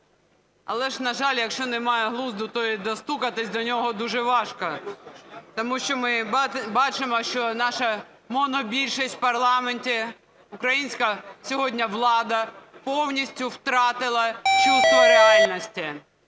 Але ж, на жаль, якщо немає глузду, то і достукатись до нього дуже важко. Тому що ми бачимо, що наша монобільшість в парламенті, українська сьогодні влада повністю втратила чувство реальності.